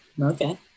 okay